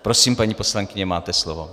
Prosím, paní poslankyně, máte slovo.